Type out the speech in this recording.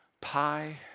pie